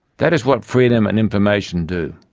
that is what freedom and information do,